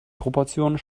proportionen